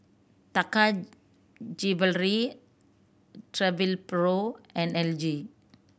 Taka Jewelry Travelpro and L G